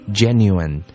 genuine